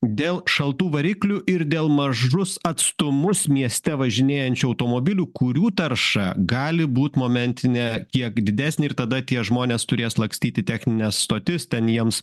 dėl šaltų variklių ir dėl mažus atstumus mieste važinėjančių automobilių kurių tarša gali būt momentinė kiek didesnė ir tada tie žmonės turės lakstyt į technines stotis ten jiems